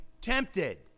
tempted